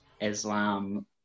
Islam